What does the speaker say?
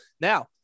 Now